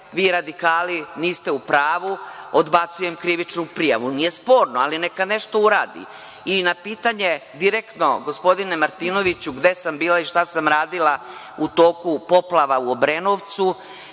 vi radikali niste u pravu, odbacujem krivičnu prijavu. Nije sporno, ali neka nešto uradi. Na direktno pitanje, gospodine Martinoviću, gde sam bila i šta sam radila u toku poplava u Obrenovcu,